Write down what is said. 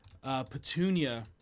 Petunia